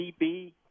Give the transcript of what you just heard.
DB